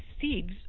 seeds